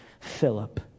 Philip